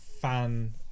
fan